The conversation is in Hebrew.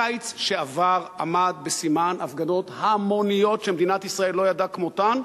הקיץ שעבר עמד בסימן הפגנות המוניות שמדינת ישראל לא ידעה כמותן,